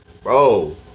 Bro